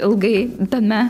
ilgai tame